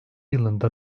yılında